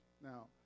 Now